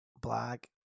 black